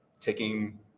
Taking